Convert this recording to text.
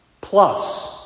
plus